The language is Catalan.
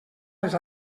les